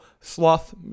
Sloth